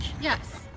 Yes